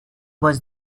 was